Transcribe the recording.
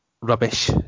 rubbish